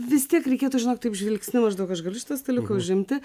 vis tiek reikėtų žinok taip žvilgsniu maždaug aš galiu šitą staliuką užimti